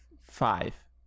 five